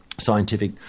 scientific